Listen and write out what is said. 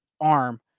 arm